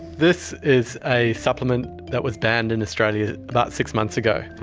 this is a supplement that was banned in australia about six months ago,